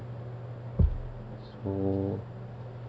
so